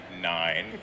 nine